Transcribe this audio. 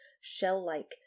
shell-like